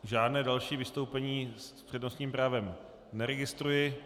Žádné další vystoupení s přednostním právem neregistruji.